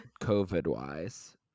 COVID-wise